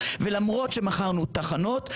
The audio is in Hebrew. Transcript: ולמרות שמכרנו תחנות,